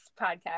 podcast